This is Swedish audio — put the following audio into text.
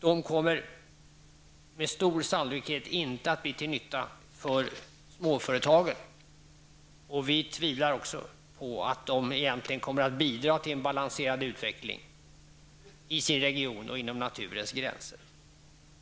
De kommer med stor sannolikhet inte att bli till nytta för småföretagen. Vi tvivlar också på att de egentligen kommer att bidra till en balanserad utveckling i sin region och inom naturens gränser,